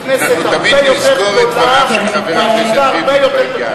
הכנסת הרבה יותר גדולה ויש לה הרבה יותר,